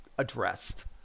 addressed